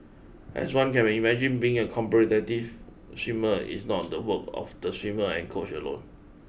as one can imagine being a competitive swimmer is not the work of the swimmer and coach alone